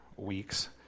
Weeks